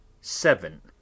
seven